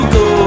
go